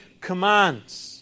commands